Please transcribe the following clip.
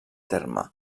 terme